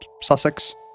Sussex